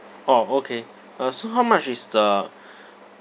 orh okay uh so how much is the